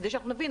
כדי שנבין.